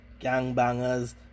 Gangbangers